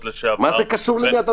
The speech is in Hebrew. לשעבר --- מה זה קשור למי אתה נשוי?